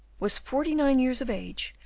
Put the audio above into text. was forty-nine years of age,